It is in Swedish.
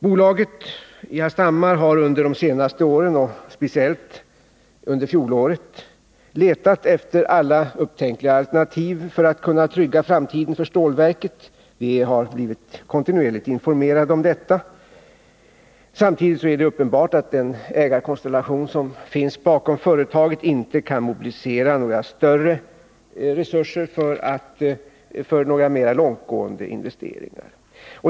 Bolaget i Hallstahammar har under de senaste åren, speciellt under fjolåret, sökt alla upptänkliga alternativ för att kunna trygga framtiden för stålverket. Vi har kontinuerligt informerats om detta. Samtidigt är det uppenbart att den ägarkonstellation som finns bakom företaget inte kan mobilisera några större resurser för mer långtgående investeringar.